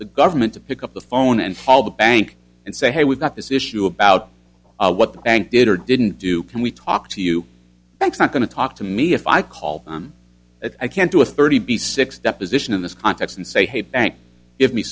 the government to pick up the phone and call the bank and say hey we've got this issue about what the bank did or didn't do can we talk to you thanks not going to talk to me if i call that i can't do a thirty b six deposition in this context and say hey